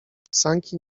sanki